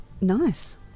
nice